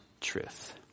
truth